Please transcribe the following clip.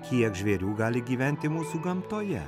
kiek žvėrių gali gyventi mūsų gamtoje